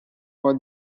for